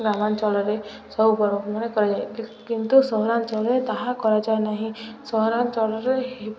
ଗ୍ରାମାଞ୍ଚଳରେ ସବୁ ପର୍ବପର୍ବାଣି କରାଯାଏ କି କିନ୍ତୁ ସହରାଞ୍ଚଳରେ ତାହା କରାଯାଏ ନାହିଁ ସହରାଞ୍ଚଳରେ